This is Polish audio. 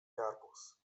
garbus